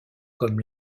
comme